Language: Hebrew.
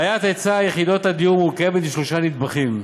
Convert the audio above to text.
בעיית היצע יחידות הדיור מורכבת משלושה נדבכים: